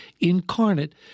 incarnate